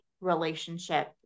relationship